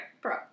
Pro